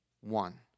One